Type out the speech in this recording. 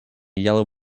yellow